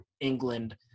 England